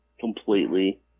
completely